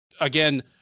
again